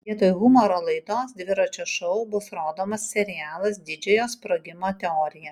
vietoj humoro laidos dviračio šou bus rodomas serialas didžiojo sprogimo teorija